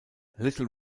little